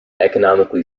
economically